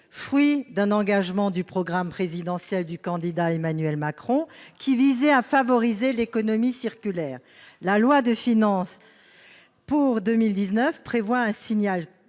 à un engagement du programme présidentiel du candidat Emmanuel Macron, qui visait à favoriser l'économie circulaire. Ainsi, la loi de finances pour 2019 a prévu un signal